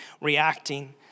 reacting